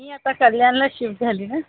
मी आता कल्याणला शिफ्ट झाली ना